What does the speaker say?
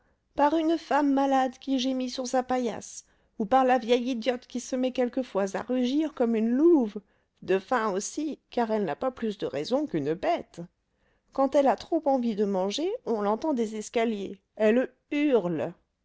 par une femme malade qui gémit sur sa paillasse ou par la vieille idiote qui se met quelquefois à rugir comme une louve de faim aussi car elle n'a pas plus de raison qu'une bête quand elle a trop envie de manger on l'entend des escaliers elle hurle